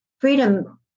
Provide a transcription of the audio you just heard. freedom